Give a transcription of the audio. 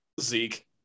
Zeke